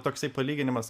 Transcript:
toksai palyginimas